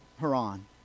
Haran